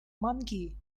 monkey